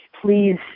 please